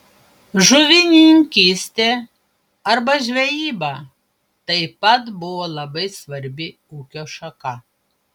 žuvininkystė arba žvejyba taip pat buvo labai svarbi ūkio šaka